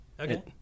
Okay